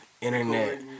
internet